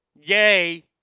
Yay